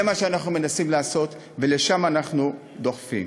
זה מה שאנחנו מנסים לעשות ולשם אנחנו דוחפים.